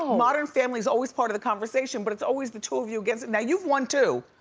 modern family is always part of the conversation but it's always the two of you who gets it. now, you've won two.